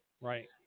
Right